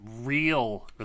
real